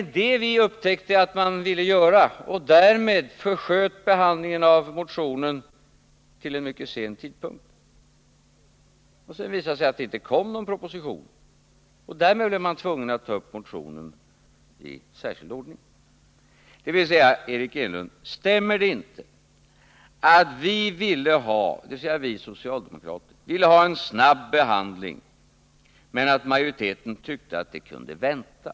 Vi upptäckte nämligen att det var detta man ville göra, och därmed försköts behandlingen av motionen till en mycket sen tidpunkt. Sedan visade det sig att det inte kom någon proposition, och därför blev man tvungen att ta upp motionen i särskild ordning. Stämmer det inte, Eric Enlund, att vi socialdemokrater ville ha en snabb behandling, men att majoriteten tyckte att det kunde vänta?